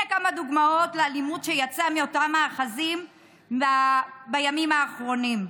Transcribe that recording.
הינה כמה דוגמאות לאלימות שיצאה מאותם מאחזים בימים האחרונים: